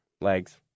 legs